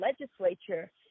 legislature